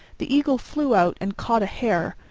the eagle flew out and caught a hare,